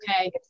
Okay